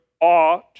ought